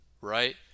right